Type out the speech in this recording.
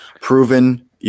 proven